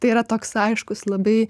tai yra toks aiškus labai